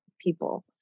people